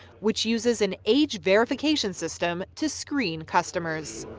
which uses an age verification system to screen customers.